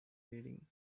reading